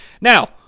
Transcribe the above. Now